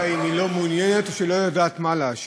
אולי היא לא מעוניינת או שהיא לא יודעת מה להשיב,